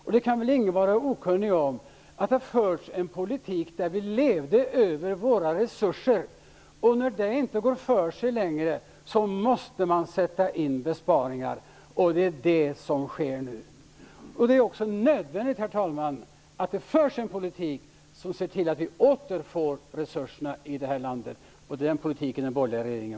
Ingen kan väl vara okunnig om att det har förts en politik då vi levde över våra tillgångar. När det inte längre går för sig måste man göra besparingar. Det är det som sker nu. Herr talman! Det är också nödvändigt att det förs en politik som ser till att vi återfår resurserna i det här landet. Den politiken för den borgerliga regeringen.